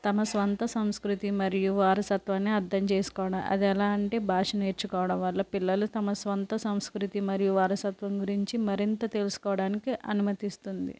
తమ స్వంత సంస్కృతి మరియు వారసత్వాన్ని అర్థం చేసుకోడం అది ఎలా అంటే భాష నేర్చుకోవడం వల్ల పిల్లలు తమ స్వంత సంస్కృతి మరియు వారసత్వం గురించి మరింత తెలుసుకోవడానికి అనుమతిస్తుంది